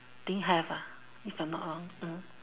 think have ah if I'm not wrong mm